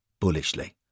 bullishly